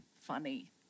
funny